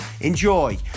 Enjoy